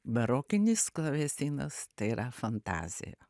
barokinis klavesinas tai yra fantazija